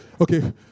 okay